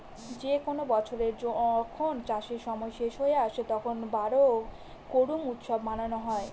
যে কোনো বছরে যখন চাষের সময় শেষ হয়ে আসে, তখন বোরো করুম উৎসব মানানো হয়